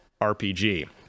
RPG